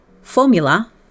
formula